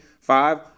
five